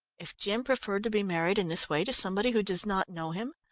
if jim preferred to be married in this way to somebody who does not know him,